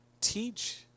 teach